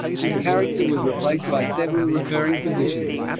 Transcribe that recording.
his character was replaced by several recurring physicians.